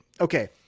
Okay